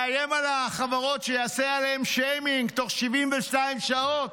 הוא מאיים על החברות שהוא יעשה להן שיימינג תוך 72 שעות.